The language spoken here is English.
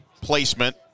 placement